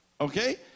Okay